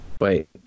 Wait